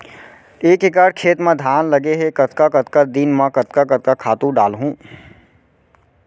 एक एकड़ खेत म धान लगे हे कतका कतका दिन म कतका कतका खातू डालहुँ?